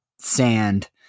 sand